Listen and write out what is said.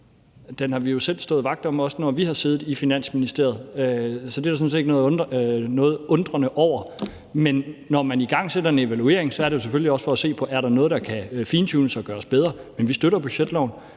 den har vi jo selv stået vagt om, også når vi har siddet i Finansministeriet, så det er der sådan set ikke nogen grund til at undre sig over. Når man igangsætter en evaluering, er det jo selvfølgelig også for at se på, om der er noget, der kan fintunes og gøres bedre. Men vi støtter budgetloven.